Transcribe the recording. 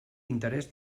interès